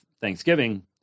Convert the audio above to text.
Thanksgiving